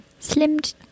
Slimmed